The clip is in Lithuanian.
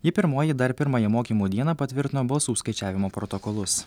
ji pirmoji dar pirmąją mokymų dieną patvirtino balsų skaičiavimo protokolus